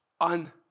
on